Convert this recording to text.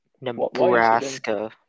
nebraska